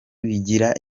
bigira